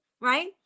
right